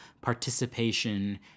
participation